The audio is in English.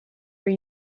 were